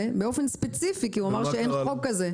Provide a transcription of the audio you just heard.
באופן ספציפי כי הוא אמר שאין חוק כזה.